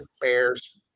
Bears